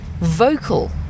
vocal